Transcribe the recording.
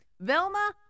Velma